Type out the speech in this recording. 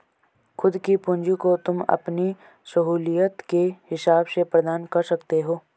खुद की पूंजी को तुम अपनी सहूलियत के हिसाब से प्रदान कर सकते हो